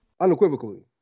Unequivocally